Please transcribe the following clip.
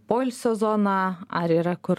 poilsio zona ar yra kur